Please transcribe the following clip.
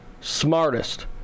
smartest